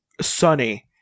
Sunny